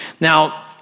Now